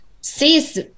sees